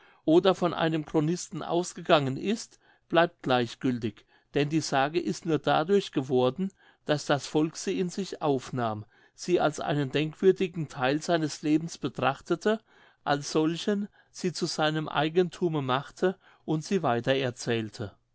oder von einem chronisten ausgegangen ist bleibt gleichgültig denn die sage ist nur dadurch geworden daß das volk sie in sich aufnahm sie als einen denkwürdigen theil seines lebens betrachtete als solchen sie zu seinem eigenthume machte und sie weiter erzählte